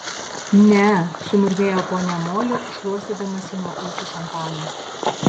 ne sumurmėjo ponia moli šluostydamasi nuo ūsų šampaną